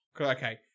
Okay